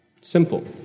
Simple